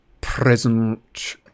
Present